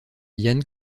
jan